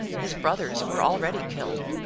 his brothers were already killed.